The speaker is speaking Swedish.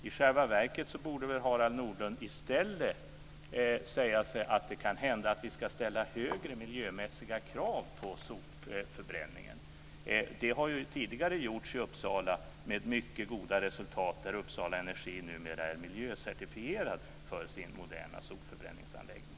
I själva verket borde väl Harald Nordlund i stället säga sig att det kan hända att vi ska ställa högre miljömässiga krav på sopförbränningen. Det har ju tidigare gjorts i Uppsala med mycket goda resultat, och Uppsala Energi är numera miljöcertifierad för sin moderna sopförbränningsanläggning.